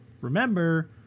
remember